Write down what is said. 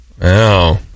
Wow